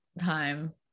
time